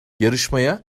yarışmaya